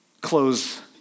close